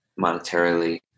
monetarily